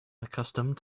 accustomed